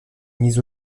mis